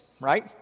right